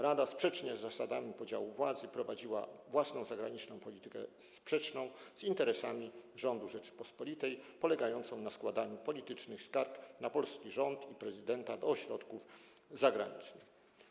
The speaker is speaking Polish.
Rada sprzecznie z zasadami podziału władzy prowadziła własną zagraniczną politykę sprzeczną z interesami rządu Rzeczypospolitej, polegającą na składaniu politycznych skarg na polski rząd i prezydenta do ośrodków zagranicznych.